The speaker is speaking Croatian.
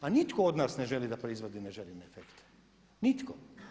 A nitko od nas ne želi da proizvodi neželjene efekte, nitko.